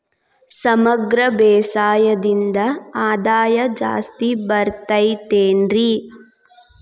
ಸಮಗ್ರ ಬೇಸಾಯದಿಂದ ಆದಾಯ ಜಾಸ್ತಿ ಬರತೈತೇನ್ರಿ?